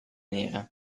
nera